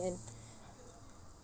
and